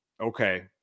okay